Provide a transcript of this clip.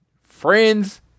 Friends